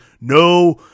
no